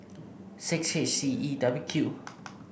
six H C E W Q